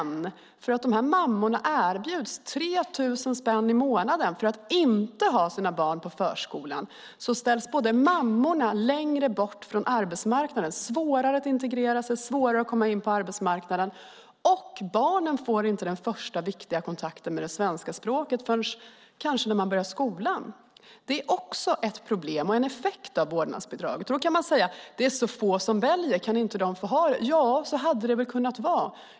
När mammorna erbjuds 3 000 kronor i månaden för att inte ha sina barn på förskolan ställs dock mammorna längre bort från arbetsmarknaden - det blir svårare att integrera sig och svårare att komma in på arbetsmarknaden - och barnen får inte den första viktiga kontakten med det svenska språket förrän kanske när man börjar skolan. Det är också ett problem, och det är en effekt av vårdnadsbidraget. Man kan säga: Det är så få som väljer detta, kan inte de få ha det? Ja, så hade det väl kunnat vara.